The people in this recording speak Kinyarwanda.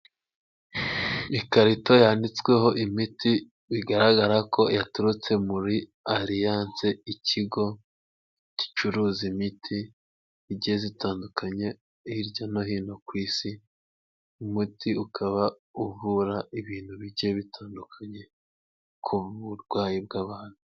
Ikarito yanditsweho imiti bigaragara ko yaturutse muri Aliyanse ikigo gicuruza imiti igeze itandukanye hirya no hino ku isi umuti ukaba uvura ibintu bike bitandukanye ku burwayi bw'abantu.